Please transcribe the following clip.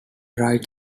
right